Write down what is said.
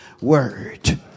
word